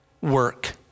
work